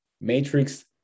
Matrix